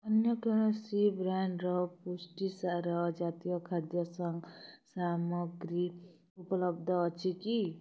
ଅନ୍ୟ କୌଣସି ବ୍ରାଣ୍ଡ୍ର ପୁଷ୍ଟିସାର ଜାତୀୟ ଖାଦ୍ୟ ସା ସାମଗ୍ରୀ ଉପଲବ୍ଧ ଅଛି କି